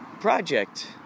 project